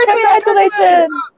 Congratulations